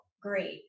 Great